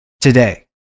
today